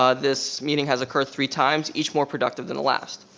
ah this meeting has occurred three times, each more productive than the last.